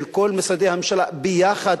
של כל משרדי הממשלה ביחד,